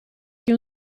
che